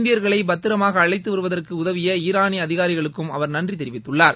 இந்தியர்களை பத்திரமாக அளழத்து வருவதற்கு உதவிய ஈரானிய அதிகாரிகளுக்கும் அவர் நன்றி தெரிவித்துள்ளார்